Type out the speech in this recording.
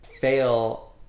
fail